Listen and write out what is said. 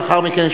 ולאחר מכן,